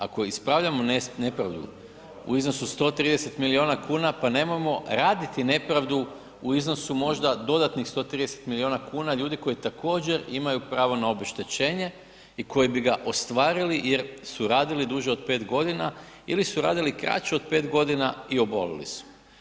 Ako ispravljamo nepravdu u iznosu od 130 milijuna kuna, pa nemojmo raditi nepravdu u iznosu možda dodatnih 130 milijuna kuna ljudi koji također, imaju pravo na obeštećenje i koje bi ga ostvarili jer su radili duže od 5 godina ili su radili kraće od 5 godina i obolili su.